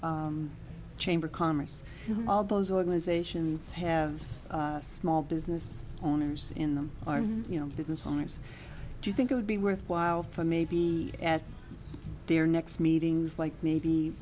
the chamber of commerce all those organizations have small business owners in them are you know business owners do you think it would be worthwhile for maybe at their next meetings like maybe